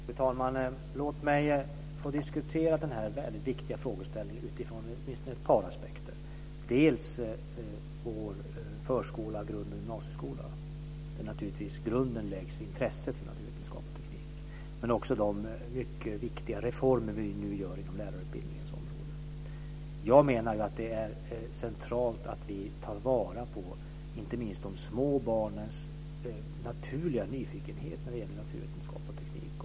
Fru talman! Låt mig få diskutera den här väldigt viktiga frågan utifrån åtminstone ett par aspekter, dels vår förskola, grund och gymnasieskola där naturligtvis grunden läggs för intresset för naturvetenskap och teknik, dels de mycket viktiga reformer som vi nu gör inom lärarutbildningens område. Det är centralt att vi tar vara på inte minst de små barnens naturliga nyfikenhet för naturvetenskap och teknik.